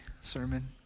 sermon